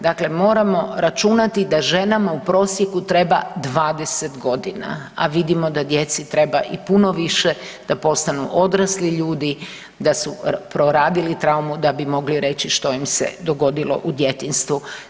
Dakle moramo računati da ženama u prosjeku treba 20 godina, a vidimo da djeci treba i puno više da postanu odrasli ljudi, da su proradili traumu, da bi mogli reći što im se dogodilo u djetinjstvu.